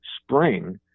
spring